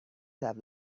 have